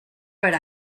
per